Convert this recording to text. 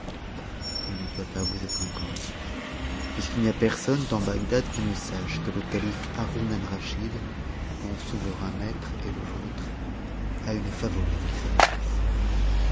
il ne vous doit pas être inconnu puisqu'il n'y a personne dans bagdad qui ne sache que le calife haroun alraschid mon souverain maitre et le vôtre a une favorite qui s'appelle ainsi